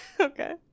okay